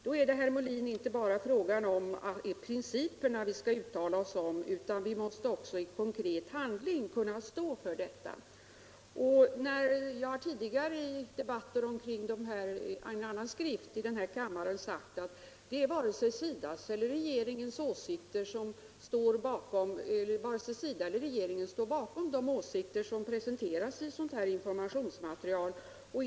Det är, herr Molin, inte bara fråga om att vi skall uttala oss för denna princip, utan vi måste också i konkret handling kunna stå för den. länder Jag har i tidigare debatt om en annan skrift här i kammaren sagt att varken SIDA eller regeringen står bakom de åsikter som presenteras i ett informationsmaterial av detta slag.